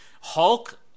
hulk